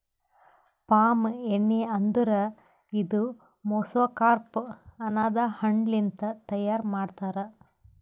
palm ಎಣ್ಣಿ ಅಂದುರ್ ಇದು ಮೆಸೊಕಾರ್ಪ್ ಅನದ್ ಹಣ್ಣ ಲಿಂತ್ ತೈಯಾರ್ ಮಾಡ್ತಾರ್